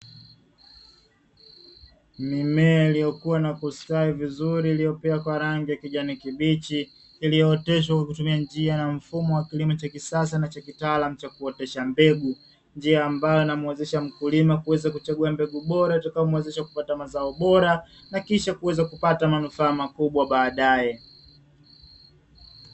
Mimea iliyokuwa na kustawi vizuri iliyomea kwa rangi ya kijani kibichi, iliyooteshwa kwa kutumia njia na mfumo wa kilimo cha kisasa na cha kitaalamu cha kuotesha mbegu, nija ambayo inamuwezesha mkulima kuchagua mbegu bora itakayomuwezesha kupata mazao bora na kisha kuweza kupata manufaa makubwa badae.